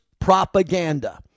propaganda